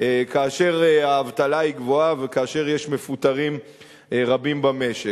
כאשר האבטלה היא גבוהה וכאשר יש מפוטרים רבים המשק.